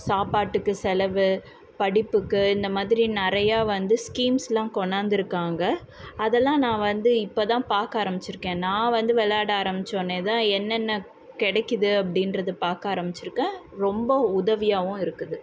சாப்பாட்டுக்கு செலவு படிப்புக்கு இந்த மாதிரி நிறையா வந்து ஸ்கீம்ஸெல்லாம் கொண்டாந்திருக்காங்க அதெல்லாம் நான் வந்து இப்போதான் பார்க்க ஆரம்பிச்சுருக்கேன் நான் வந்து விளையாட ஆரம்பித்தோன்னே தான் என்னென்ன கிடைக்குது அப்படின்றத பார்க்க ஆரம்பிச்சுருக்கேன் ரொம்ப உதவியாகவும் இருக்குது